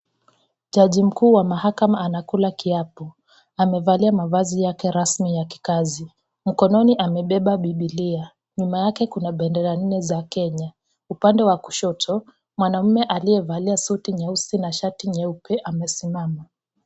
Jaji mkuu wa mahakama anakula kiapo, amevalia mavazi yake rasmi ya kikazi, mkononi amebeba bibilia, nyuma yake kuna bendera nne za Kenya. Upande wa kushoto mwanaume aliyevalia suti nyeusi na shati nyeupe amesimama.